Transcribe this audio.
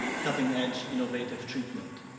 cutting edge innovative treatment.